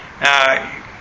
Now